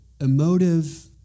emotive